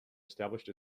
established